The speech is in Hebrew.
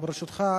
ברשותך,